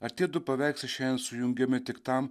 ar tiedu paveiksle šiai sujungiami tik tam